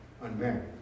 unmarried